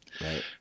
Right